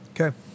okay